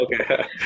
Okay